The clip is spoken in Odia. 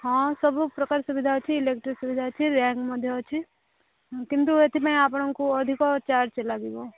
ହଁ ସବୁ ପ୍ରକାର ସୁବିଧା ଅଛି ଇଲେକଟ୍ରି ସୁବିଧା ଅଛି ମଧ୍ୟ ଅଛି କିନ୍ତୁ ଏଥିପାଇଁ ଆପଣଙ୍କୁ ଅଧିକ ଚାର୍ଜ ଲାଗିବ